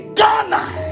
Ghana